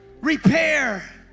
repair